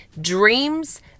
dreams